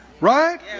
Right